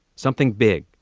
something big.